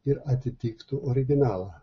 ir atitiktų originalą